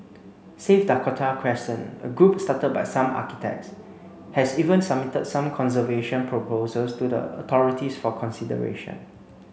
save Dakota Crescent a group started by some architects has even submitted some conservation proposals to the authorities for consideration